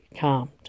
calmed